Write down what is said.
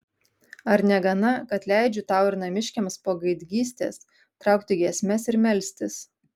ar negana kad leidžiu tau ir namiškiams po gaidgystės traukti giesmes ir melstis